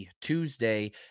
Tuesday